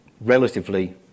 relatively